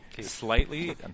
slightly